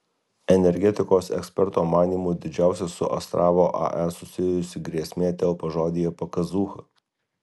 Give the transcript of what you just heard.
energetikos eksperto manymu didžiausia su astravo ae susijusi grėsmė telpa žodyje pakazūcha